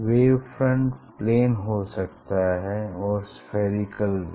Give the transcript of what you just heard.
wave front plane हो सकता है और स्फेरिकल भी